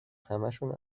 همشو